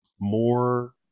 more